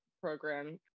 program